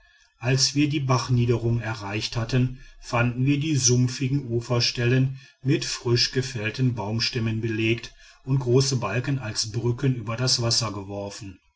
als wir die bachniederung erreicht hatten fanden wir die sumpfigen uferstellen mit frischgefällten baumstämmen belegt und große balken als brücken über das wasser geworfen